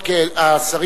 במקום לעשות זאת,